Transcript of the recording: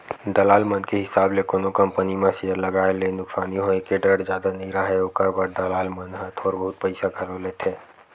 दलाल मन के हिसाब ले कोनो कंपनी म सेयर लगाए ले नुकसानी होय के डर जादा नइ राहय, ओखर बर दलाल मन ह थोर बहुत पइसा घलो लेथें